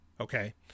Okay